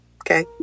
Okay